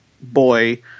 boy